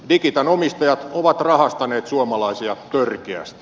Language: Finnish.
digitan omistajat ovat rahastaneet suomalaisia törkeästi